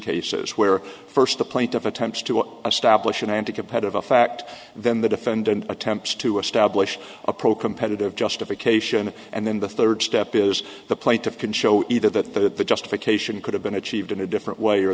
cases where first the plaintiff attempts to establish an anticompetitive effect then the defendant attempts to establish a pro competitive justification and then the third step is the plate can show either that that the justification could have been achieved in a different way or